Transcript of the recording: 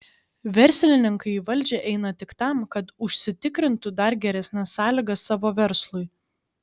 verslininkai į valdžią eina tik tam kad užsitikrintų dar geresnes sąlygas savo verslui